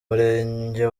murenge